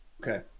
Okay